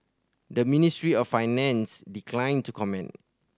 the Ministry of Finance declined to comment